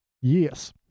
Yes